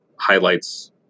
highlights